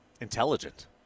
intelligent